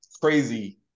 crazy